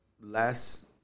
last